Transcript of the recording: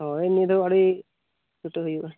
ᱦᱳᱭ ᱱᱤᱭᱟᱹ ᱫᱷᱚᱢ ᱟᱹᱰᱤ ᱪᱷᱩᱴᱟᱹᱣ ᱦᱩᱭᱩᱜᱼᱟ